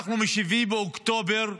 אנחנו מ-7 באוקטובר במלחמה,